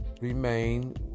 remain